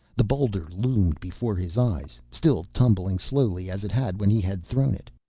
the boulder loomed before his eyes, still tumbling slowly, as it had when he had thrown it.